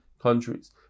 countries